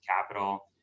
capital